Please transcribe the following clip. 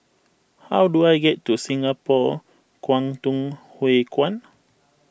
how do I get to Singapore Kwangtung Hui Kuan